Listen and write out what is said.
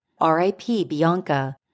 #RIPBianca